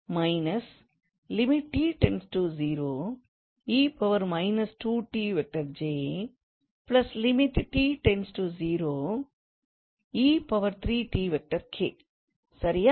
எனவே சரியா